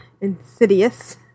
Insidious